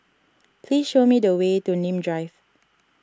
please show me the way to Nim Drive